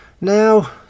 Now